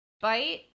bite